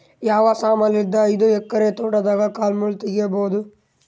ಯಾವ ಸಮಾನಲಿದ್ದ ಐದು ಎಕರ ತೋಟದಾಗ ಕಲ್ ಮುಳ್ ತಗಿಬೊದ?